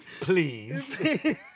Please